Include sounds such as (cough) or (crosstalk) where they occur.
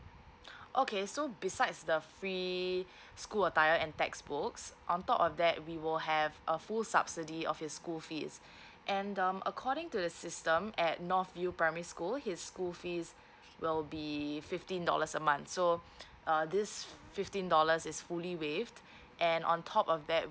(breath) okay so besides the free school attire and textbooks on top of that we will have a full subsidy of his school fees and um according to the system at north view primary school his school fees will be fifteen dollars a month so (breath) uh this fifteen dollars is fully waived and on top of that